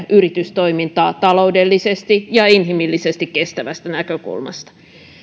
yritystoimintaa taloudellisesti ja inhimillisesti kestävästä näkökulmasta